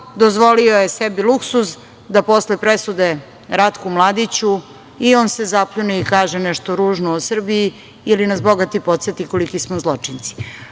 dozvolio je sebi luksuz da posle presude Ratku Mladiću i on se zapljune i kaže nešto ružno o Srbiji ili nas podseti koliki smo zločinci. Ponosna